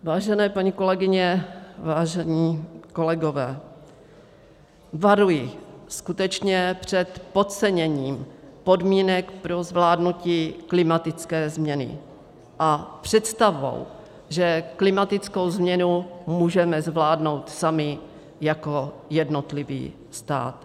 Vážené paní kolegyně, vážení kolegové, varuji skutečně před podceněním podmínek pro zvládnutí klimatické změny a představou, že klimatickou změnu můžeme zvládnout sami jako jednotlivý stát.